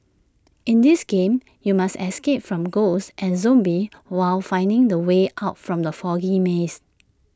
in this game you must escape from ghosts and zombies while finding the way out from the foggy maze